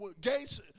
gates